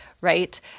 right